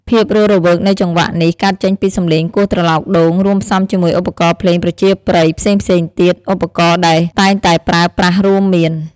ភាពរស់រវើកនៃចង្វាក់នេះ កើតចេញពីសំឡេងគោះត្រឡោកដូង រួមផ្សំជាមួយឧបករណ៍ភ្លេងប្រជាប្រិយផ្សេងៗទៀត។ ឧបករណ៍ដែលតែងតែប្រើប្រាស់រួមមាន